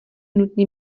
nutně